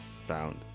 sound